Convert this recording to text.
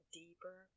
deeper